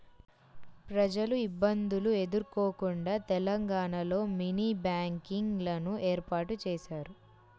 ప్రజలు ఇబ్బందులు ఎదుర్కోకుండా తెలంగాణలో మినీ బ్యాంకింగ్ లను ఏర్పాటు చేశారు